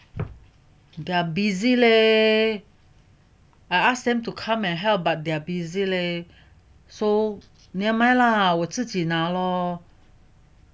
they're busy leh I ask them to come and help but they're busy leh so never mind lah 我自己拿咯